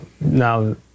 now